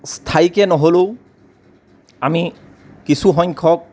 স্থায়ীকে নহ'লেও আমি কিছু সংখ্যক